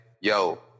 yo